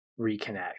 reconnect